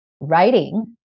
writing